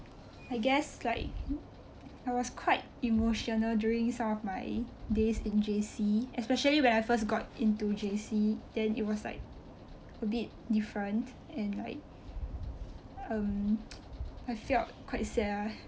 I guess like I was quite emotional during some of my days in J_C especially when I first got into J_C then it was like a bit different and like um I felt quite sad lah